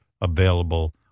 available